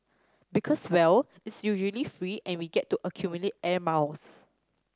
because well it's usually free and we get to accumulate air miles